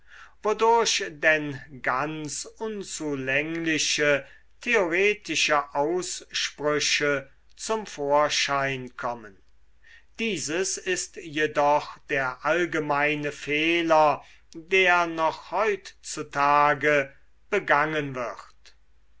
wodurch denn ganz unzulängliche theoretische aussprüche zum vorschein kommen dieses ist jedoch der allgemeine fehler der noch heutzutage begangen wird